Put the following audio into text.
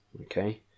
Okay